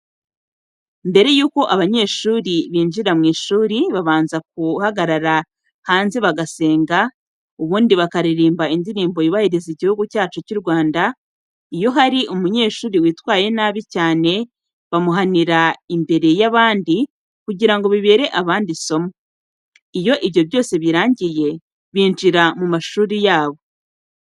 Mbere y'uko abanyeshuri binjira mu ishuri babanza guhagarara hanze bagasenga, ubundi bakaririmba indirimbo yubahiriza igihugu cyacu cy'u Rwanda. Iyo hari umunyeshuri witwaye nabi cyane, bamuhanira imbere ye n'abandi kugira ngo bibere abandi isomo. Iyo ibyo byose birangiye, binjira mu mashuri yabo.